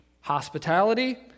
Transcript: hospitality